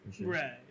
Right